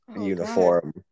uniform